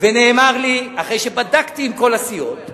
ונאמר לי, אחרי שבדקתי עם כל הסיעות,